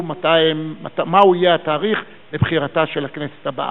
מה יהיה התאריך לבחירתה של הכנסת הבאה.